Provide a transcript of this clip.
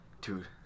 dude